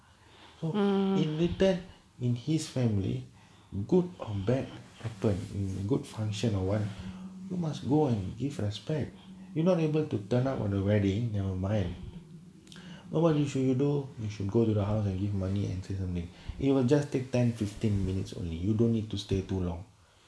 uh in return in his family good or bad happen good function oh one you must go and give respect you know able to turn up on the wedding never mind what are you should you do you should go to the house and give money and say something you will just take ten fifteen minutes only you don't need to stay too long